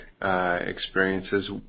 Experiences